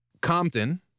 Compton